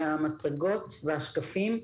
המצגות והשקפים,